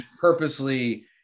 purposely